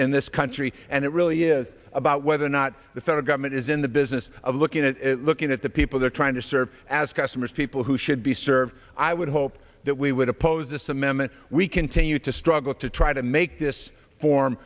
in this country and it really is about whether or not the federal government is in the business of looking at looking at the people they're trying to serve as customers people who should be served i would hope that we would oppose this amendment we continue to struggle to try to make this form